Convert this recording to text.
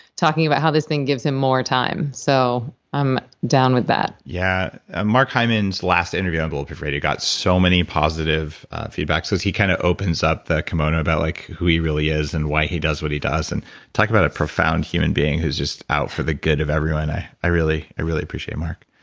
talking about how this thing gives him more time. so i'm down with that yeah ah mark hyman's last interview on bulletproof radio got so many positive feedbacks. he kind of opens up the kimono about like who he really is and why he does what he does. and talk about a profound human being who's just out for the good of everyone. i i really i really appreciate mark